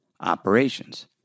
operations